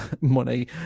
money